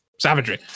Savagery